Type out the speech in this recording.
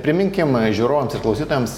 priminkim žiūrovams klausytojams